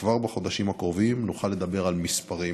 וכבר בחודשים הקרובים נוכל לדבר על מספרים,